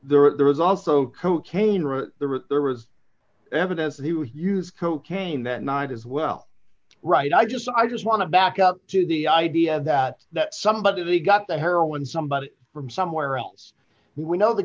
the there was also cocaine right there was evidence that he would use cocaine that night as well right i just i just want to back up to the idea that that somebody they got the heroin somebody from somewhere else we know the